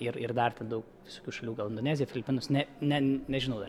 ir ir dar ten daug visokių šalių gal indonezija filipinus ne ne nežinau dar